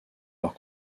leurs